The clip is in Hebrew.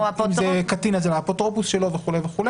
ואם זה קטין האפוטרופוס שלו וכו',